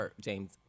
James